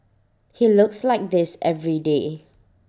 he looks like this every day